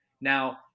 Now